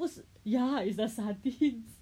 不是 yeah it's the sardines